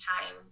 time